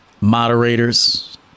moderators